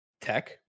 tech